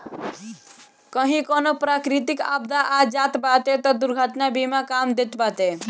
कही कवनो प्राकृतिक आपदा आ जात बाटे तअ दुर्घटना बीमा काम देत बाटे